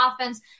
offense